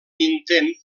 intent